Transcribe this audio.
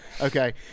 Okay